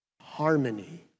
Harmony